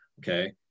okay